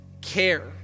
care